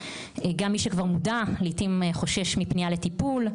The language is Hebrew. גם כשהוא כבר מודע לעתים הוא חושש מפניה לטיפול,